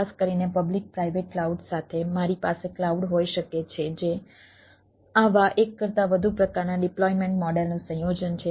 ખાસ કરીને public private cloud સાથે મારી પાસે ક્લાઉડ હોઈ શકે છે જે આવા એક કરતાં વધુ પ્રકારના ડિપ્લોયમેન્ટ મોડેલનું સંયોજન છે